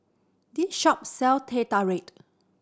this shop sell Teh Tarik